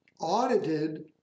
audited